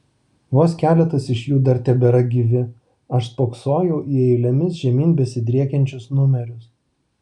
vos keletas iš jų dar tebėra gyvi aš spoksojau į eilėmis žemyn besidriekiančius numerius